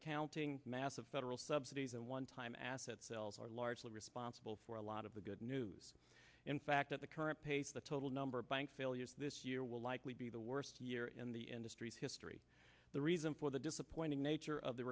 accounting massive federal subsidies and onetime asset sales are largely responsible for a lot of the good news in fact at the current pace the total number of bank failures this year will likely be the worst year in the industry's history the reason for the disappointing nature of the